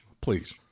Please